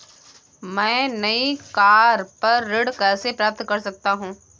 मैं नई कार पर ऋण कैसे प्राप्त कर सकता हूँ?